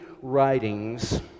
writings